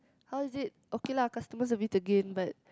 how is it okay lah customer service again but